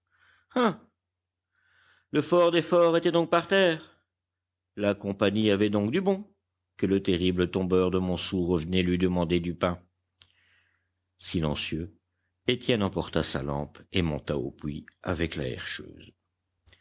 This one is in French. le fort des forts était donc par terre la compagnie avait donc du bon que le terrible tombeur de montsou revenait lui demander du pain silencieux étienne emporta sa lampe et monta au puits avec la